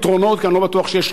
כי אני לא בטוח שיש רק אחד,